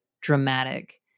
dramatic